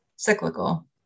cyclical